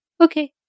okay